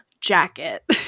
jacket